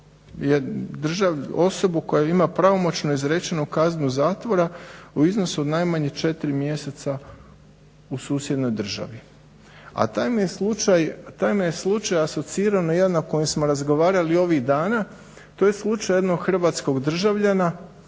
osobu koja ima pravomoćno izrečenu kaznu zatvora u iznosu najmanje 4 mjeseca u susjednoj državi. A taj me je slučaj asocirao na jedan na kojem smo razgovarali ovih dana to je slučaj jednog hrvatskog državljana